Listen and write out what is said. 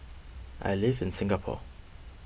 I live in Singapore